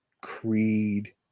Creed